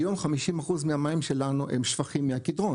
היום 50 אחוז מהמים שלנו הם שפכים מהקדרון